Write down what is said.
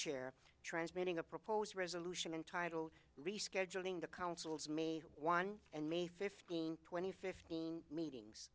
chair transmitting a proposed resolution entitled rescheduling the council's may one and may fifteenth twenty fifth meetings